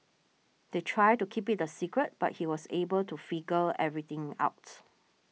they tried to keep it a secret but he was able to figure everything out